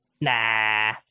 Nah